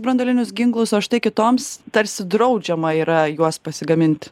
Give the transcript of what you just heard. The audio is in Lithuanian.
branduolinius ginklus o štai kitoms tarsi draudžiama yra juos pasigaminti